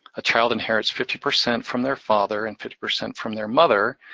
a child inherits fifty percent from their father and fifty percent from their mother,